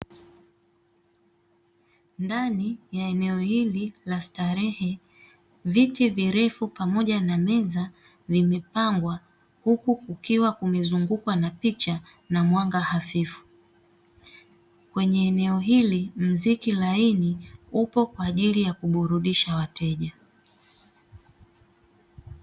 Ndani ya eneo hili la starehe viti virefu pamoja na meza vimepangwa huku kukiwa kumezungukwa na picha na mwanga hafifu. Kwenye eneo hili mziki laini upo kwa ajili ya kuburudisha wateja.